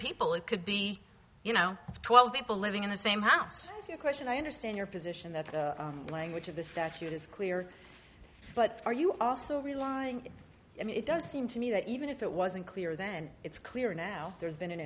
people it could be you know twelve people living in the same house is your question i understand your position that the language of the statute is clear but are you also relying i mean it does seem to me that even if it wasn't clear then it's clear now there's been an